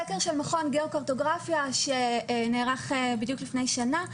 סקר של מכון גיאו-קרטוגרפיה שנערך בדיוק לפני שנה,